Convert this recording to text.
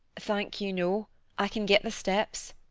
thank you, no i can get the steps.